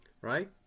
Right